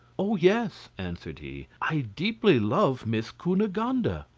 oh yes, answered he i deeply love miss cunegonde. and